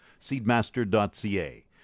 Seedmaster.ca